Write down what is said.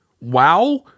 wow